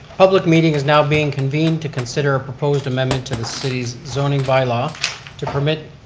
public meeting is now being convened to consider a proposed amendment to the city's zoning bylaw to permit